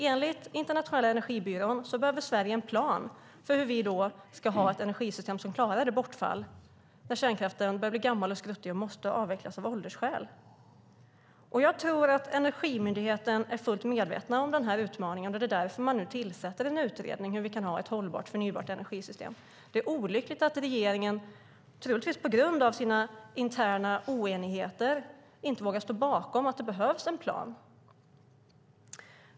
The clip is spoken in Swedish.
Enligt Internationella energibyrån behöver Sverige en plan för hur vi då ska ha ett energisystem som klarar bortfallet när kärnkraften börjar bli gammal och skruttig och måste avvecklas av åldersskäl. Jag tror att Energimyndigheten är fullt medvetna om denna utmaning och att det är därför man nu tillsätter en utredning om hur vi kan ha ett hållbart och förnybart energisystem. Det är olyckligt att regeringen, troligtvis på grund av sina interna oenigheter, inte vågar stå bakom att det behövs en plan.